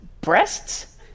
breasts